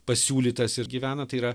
pasiūlytas ir gyvena tai yra